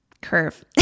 curve